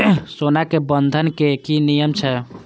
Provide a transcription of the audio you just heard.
सोना के बंधन के कि नियम छै?